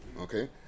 okay